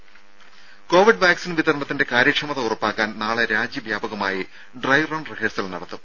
രംഭ covid vaccine വിതരണത്തിന്റെ കാര്യക്ഷമത ഉറപ്പാക്കാൻ നാളെ രാജ്യവ്യാപകമായി ഡ്രൈറൺ റിഹേഴ്സൽ നടത്തും